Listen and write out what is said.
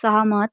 सहमत